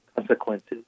Consequences